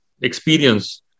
experience